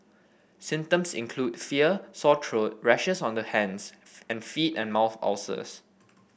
symptoms include fever sore throat rashes on the hands and feet and mouth ulcers